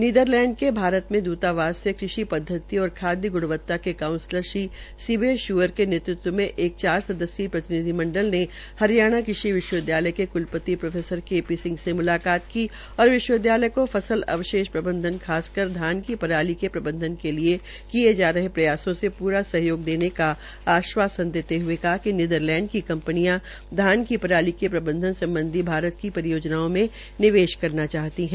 नीदरलैंदके भारत मे दूतावास से कृषि पद्वति और खाद्य ग्णवता के काउंसल श्री सीबे श्अर के नेतृत्व में चार सदस्यीय प्रतिनिधि मंडल ने हरियाणा कृषि विश्वविदयालय के कुलपति प्रो के पी सिंह से मुलाकात की और विश्वविद्यालय को फस्ल अवशेष प्रबंधन खासकर धान की पराली के प्रबंधन के लिये किये जा रहे प्रयासों से पूरा सहयोग देने का आश्वासन देते हये कहा कि नीदरलैंड की कपंनियां धान की पराली के प्रबंधन सम्बधी भारत की परियोजनाओं में निवेश करना चाहती है